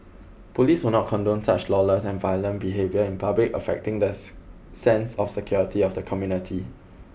police will not condone such lawless and violent behaviour in public affecting the sense of security of the community